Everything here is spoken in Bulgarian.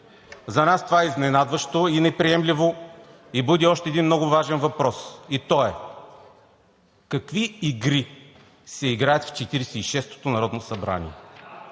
За нас това е изненадващо и неприемливо и буди още един много важен въпрос и той е: какви игри се играят в Четиридесет и шестото народно събрание?